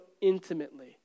intimately